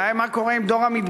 הבעיה היא מה קורה עם דור המדבר,